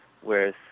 Whereas